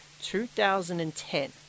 2010